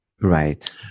Right